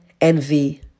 envy